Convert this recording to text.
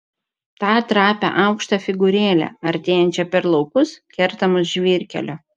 tą trapią aukštą figūrėlę artėjančią per laukus kertamus žvyrkelio